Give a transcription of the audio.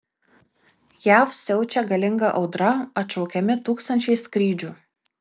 jav siaučia galinga audra atšaukiami tūkstančiai skrydžių